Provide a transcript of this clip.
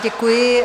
Děkuji.